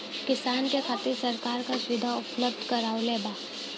किसान के खातिर सरकार का सुविधा उपलब्ध करवले बा?